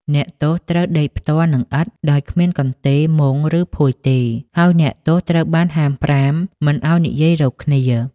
អ្នកទោសត្រូវដេកផ្ទាល់នឹងឥដ្ឋ ដោយគ្មានកន្ទេល មុង ឬភួយទេ ហើយអ្នកទោសត្រូវបានហាមប្រាមមិនឱ្យនិយាយ រកគ្នា ។